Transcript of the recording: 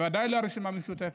ודאי לא לרשימה המשותפת.